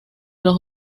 los